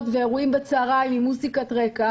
עם מוזיקת רקע,